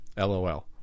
Lol